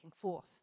forth